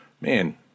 Man